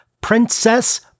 Princess